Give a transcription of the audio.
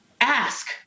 ask